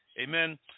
Amen